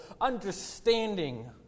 understanding